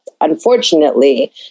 unfortunately